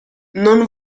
non